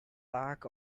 lack